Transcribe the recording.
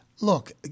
Look